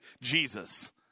Jesus